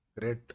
Great